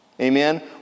amen